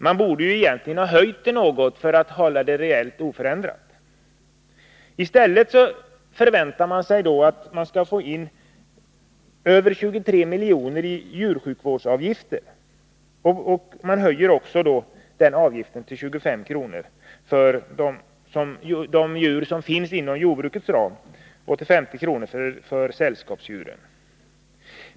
Man borde ju egentligen ha höjt beloppet något för att hålla det reellt oförändrat. I stället förväntar man sig att få in över 23 milj.kr. i djursjukvårdsavgifter, och man höjer avgiften till 25 kr. för de djur som finns inom jordbruket och till 50 kr. för sällskapsdjuren.